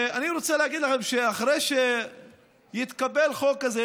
אני רוצה להגיד לכם שאחרי שיתקבל החוק הזה,